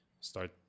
Start